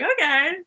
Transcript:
okay